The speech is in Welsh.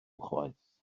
chwaith